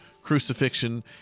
crucifixion